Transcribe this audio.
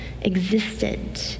existed